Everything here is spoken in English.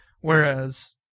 whereas